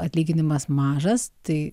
atlyginimas mažas tai